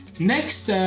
next,